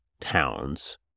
towns